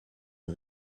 une